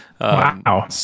Wow